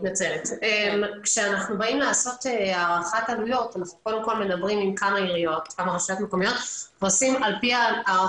אבל חברות הגבייה לא עובדות בכל הרשויות המקומיות ויש פער.